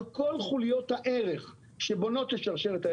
על כל חוליות הערך שבונות את השרשרת,